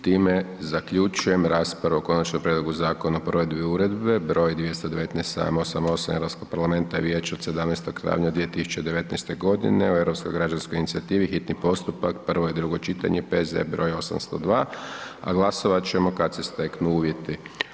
Time zaključujem raspravu o Konačnom prijedlogu Zakona o provedbi Uredbe br. 2019/788 Europskog parlamenta i Vijeća od 17. travnja 2019. godine o Europskoj građanskoj inicijativi, hitni postupak, prvo i drugo čitanje, P.Z.E. 802, a glasovat ćemo kada se steknu uvjeti.